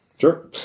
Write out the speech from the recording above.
sure